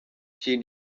she